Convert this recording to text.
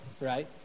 right